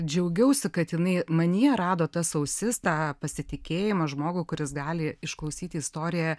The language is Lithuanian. džiaugiausi kad jinai manyje rado tas ausis tą pasitikėjimą žmogų kuris gali išklausyti istoriją